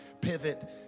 pivot